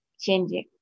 changing